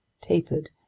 tapered